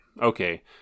okay